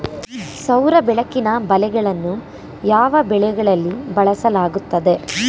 ಸೌರ ಬೆಳಕಿನ ಬಲೆಗಳನ್ನು ಯಾವ ಬೆಳೆಗಳಲ್ಲಿ ಬಳಸಲಾಗುತ್ತದೆ?